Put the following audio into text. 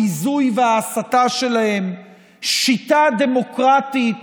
הביזוי וההסתה שלהם שיטה דמוקרטית